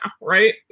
right